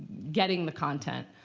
getting the content.